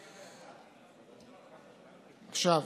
תצביע בעדה?